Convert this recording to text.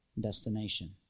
destination